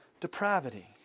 depravity